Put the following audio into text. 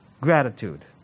gratitude